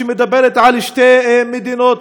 שמדברת על שתי מדינות,